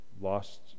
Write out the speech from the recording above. lost